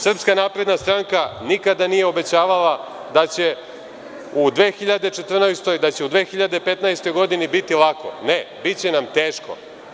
Srpska napredna stranka nikada nije obećavala da će u 2014, da će u 2015. godini biti ovako, ne, biće nam teško.